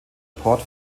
port